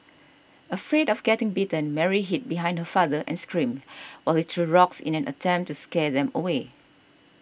afraid of getting bitten Mary hid behind her father and screamed while he threw rocks in an attempt to scare them away